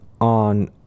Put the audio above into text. on